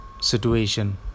situation